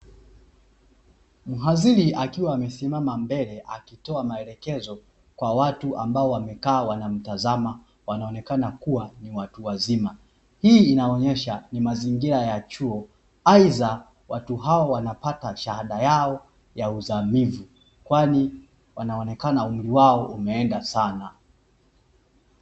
Mhadhiri akiwa amesimama mbele akitoa maelekezo kwa watu ambao wamekaa wanamtazama, wanaonekana kuwa ni watu wazima. Hii inaonyesha ni mazingira ya chuo, aidha watu hao wanapata shahada yao ya uzamivu kwani wanaonekana umri wao umeenda sana.